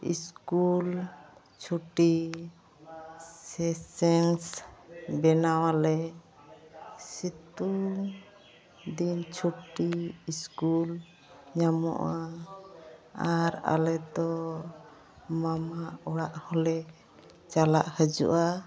school ᱪᱷᱩᱴᱤ session ᱵᱮᱱᱟᱣᱟᱞᱮ ᱥᱤᱛᱩᱝ ᱫᱤᱱ ᱪᱷᱩᱴᱤ ᱤᱥᱠᱩᱞ ᱧᱟᱢᱚᱜᱼᱟ ᱟᱨ ᱟᱞᱮᱫᱚ ᱢᱟᱢᱟ ᱚᱲᱟᱜᱦᱚᱸᱞᱮ ᱪᱟᱞᱟᱜ ᱦᱟᱹᱡᱩᱜᱼᱟ